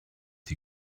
die